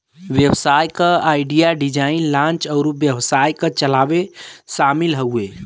व्यवसाय क idea, design, launch अउर व्यवसाय क चलावे शामिल हउवे